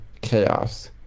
chaos